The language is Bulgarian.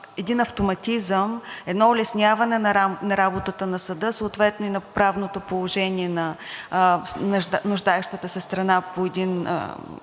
един автоматизъм, едно улесняване на работата на съда, съответно и на правното положение на нуждаещата се страна в едно